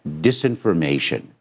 disinformation